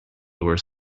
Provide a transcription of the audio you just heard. were